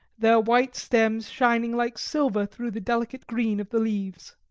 their white stems shining like silver through the delicate green of the leaves.